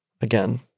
again